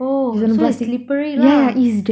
oh so it's slippery lah